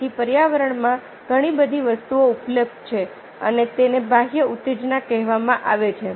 તેથી પર્યાવરણમાં ઘણી બધી વસ્તુઓ ઉપલબ્ધ છે અને તેને બાહ્ય ઉત્તેજના કહેવામાં આવે છે